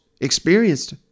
experienced